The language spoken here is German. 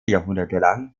jahrhundertelang